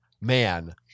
Man